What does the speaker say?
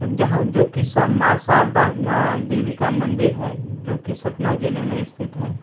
जहाँ जो कि माँ शारदा देवी का मंदिर है जो कि सतना जिले में स्थित हैं